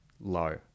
low